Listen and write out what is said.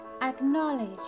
acknowledge